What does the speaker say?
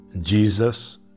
Jesus